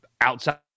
outside